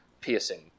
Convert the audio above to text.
piercing